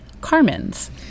Carmen's